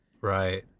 right